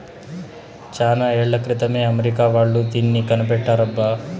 చానా ఏళ్ల క్రితమే అమెరికా వాళ్ళు దీన్ని కనిపెట్టారబ్బా